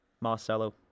Marcelo